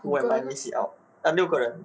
oh I might miss it out ah 六个人